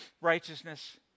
righteousness